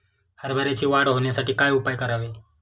हरभऱ्याची वाढ होण्यासाठी काय उपाय करावे?